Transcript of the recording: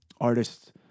artists